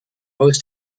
aus